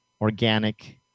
organic